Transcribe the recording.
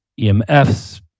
EMFs